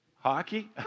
Hockey